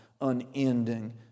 unending